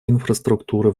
инфраструктуры